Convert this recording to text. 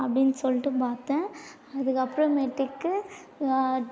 அப்படின்னு சொல்லிட்டு பார்த்தேன் அதுக்கப்புறமேட்டுக்கு